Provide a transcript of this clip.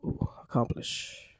accomplish